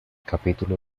capítulo